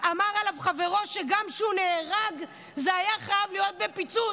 אמר חברו שגם כשהוא נהרג זה היה חייב להיות בפיצוץ,